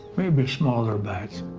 maybe smaller bites.